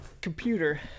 computer